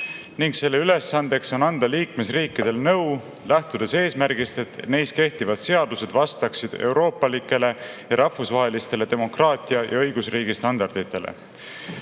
ning selle ülesandeks on anda liikmesriikidele nõu, lähtudes eesmärgist, et neis kehtivad seadused vastaksid euroopalikele ja rahvusvahelistele demokraatia ja õigusriigi standarditele.